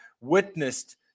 witnessed